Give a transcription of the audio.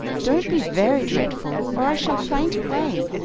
don't be very dreadful, or i shall faint away,